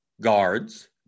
guards